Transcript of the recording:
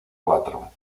cuatro